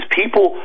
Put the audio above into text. people